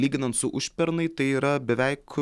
lyginant su užpernai tai yra beveik